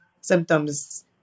symptoms